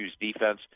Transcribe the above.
defense